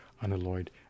unalloyed